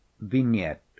vignette